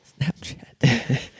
Snapchat